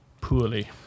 poorly